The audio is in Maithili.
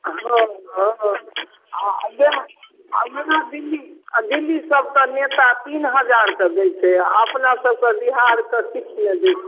ओ ओ आ इएह इएह दिल्ली आ दिल्लीसभके नेता तीन हजारके दै छै आ अपनासभके बिहारके किछु नहि दै छै